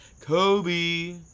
Kobe